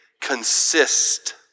consist